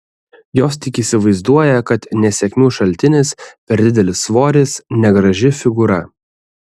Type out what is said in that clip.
jos tik įsivaizduoja kad nesėkmių šaltinis per didelis svoris negraži figūra